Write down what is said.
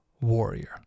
warrior